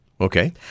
Okay